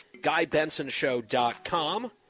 GuyBensonShow.com